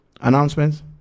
Announcements